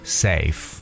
safe